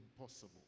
impossible